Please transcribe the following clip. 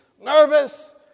nervous